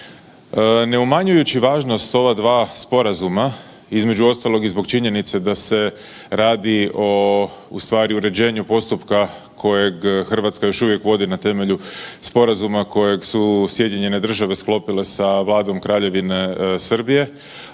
Ne umanjujući važnost ova dva sporazuma između ostalog i zbog činjenice da se radi o ustvari uređenju postupka kojeg Hrvatska još uvijek vodi na temelju sporazuma kojeg su SAD spojile sa Vladom Kraljevine Srbije